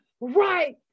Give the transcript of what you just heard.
right